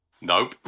Nope